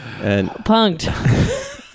Punked